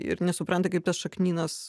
ir nesupranta kaip tas šaknynas